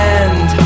end